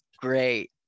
Great